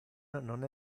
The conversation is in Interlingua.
non